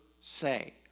say